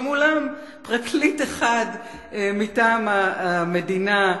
ומולם פרקליט אחד מטעם המדינה.